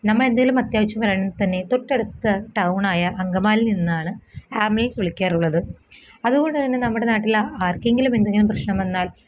നമ്മൾ എന്തെങ്കിലും അത്യാവശ്യം വരുകയാണെങ്കിൽ തന്നെ തൊട്ടടുത്ത ടൗണായ അങ്കമാലിയിൽ നിന്നാണ് ആംബുലൻസ് വിളിക്കാറുള്ളത് അത് കൊണ്ട് തന്നെ നമ്മുടെ നാട്ടിൽ ആർക്കെങ്കിലും എന്തെങ്കിലും പ്രശ്നം വന്നാൽ